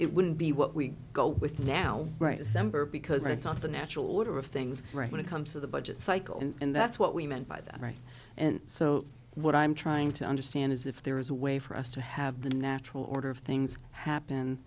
it wouldn't be what we go with now right december because that's not the natural order of things right when it comes to the budget cycle and that's what we meant by that right and so what i'm trying to understand is if there is a way for us to have the natural order of things happen